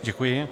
Děkuji.